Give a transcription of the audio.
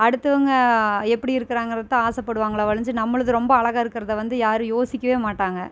அடுத்தவங்க எப்படி இருக்கிறாங்கறக்கு தான் ஆசைப்படுவாங்களே ஒழிஞ்சி நம்மளது ரொம்ப அழகா இருக்கிறத வந்து யாரும் யோசிக்கவே மாட்டாங்க